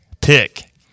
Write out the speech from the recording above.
pick